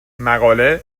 مقاله